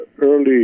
early